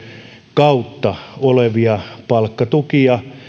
kautta olevia palkkatukia